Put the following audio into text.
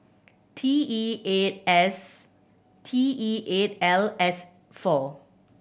T E eight S T E eight L S four